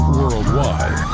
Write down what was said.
worldwide